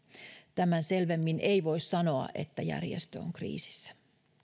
tämän selvemmin ei voi sanoa että järjestö on kriisissä